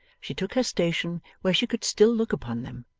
she took her station where she could still look upon them,